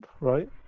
right